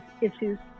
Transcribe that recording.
issues